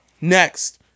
Next